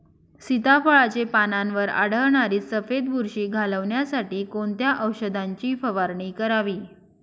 सीताफळाचे पानांवर आढळणारी सफेद बुरशी घालवण्यासाठी कोणत्या औषधांची फवारणी करावी?